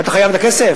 אתה חייב את הכסף?